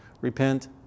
Repent